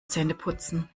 zähneputzen